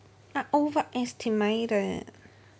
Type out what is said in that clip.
I overestimated